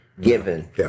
given